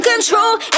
Control